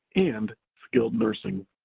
and skilled nursing.